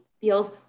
feels